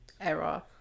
era